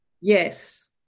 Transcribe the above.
Yes